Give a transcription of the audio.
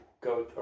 go